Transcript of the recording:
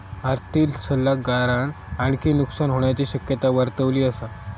आर्थिक सल्लागारान आणखी नुकसान होण्याची शक्यता वर्तवली असा